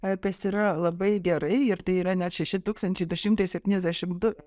e kas yra labai gerai ir tai yra net šeši tūkstančiai du šimtai septyniasdešimt du